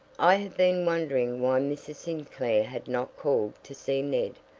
i have been wondering why mrs. sinclair had not called to see ned,